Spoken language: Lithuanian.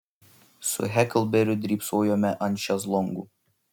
su heklberiu drybsojome ant šezlongų